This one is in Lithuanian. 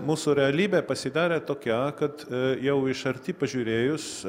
mūsų realybė pasidarė tokia kad jau iš arti pažiūrėjus